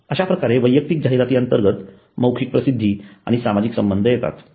अश्याप्रकारे वैयक्तिक जाहिराती अंर्तगत मौखिक प्रसिद्धी आणि सामाजिक संबंध येतात